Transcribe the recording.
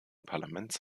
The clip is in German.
parlaments